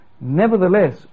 Nevertheless